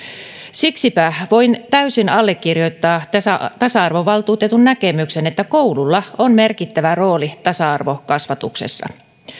siksipä voin täysin allekirjoittaa tasa tasa arvovaltuutetun näkemyksen että koululla on merkittävä rooli tasa arvokasvatuksessa